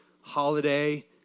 holiday